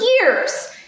years